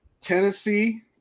Tennessee